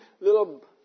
little